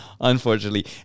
Unfortunately